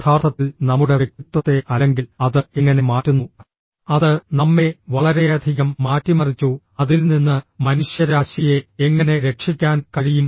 യഥാർത്ഥത്തിൽ നമ്മുടെ വ്യക്തിത്വത്തെ അല്ലെങ്കിൽ അത് എങ്ങനെ മാറ്റുന്നു അത് നമ്മെ വളരെയധികം മാറ്റിമറിച്ചു അതിൽ നിന്ന് മനുഷ്യരാശിയെ എങ്ങനെ രക്ഷിക്കാൻ കഴിയും